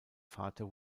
vater